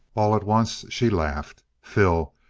all at once she laughed. phil,